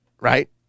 right